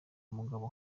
umugabo